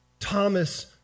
Thomas